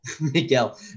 Miguel